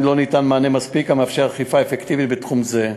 לא ניתן מענה מספיק המאפשר אכיפה אפקטיבית בתחום זה.